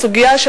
הסוגיה,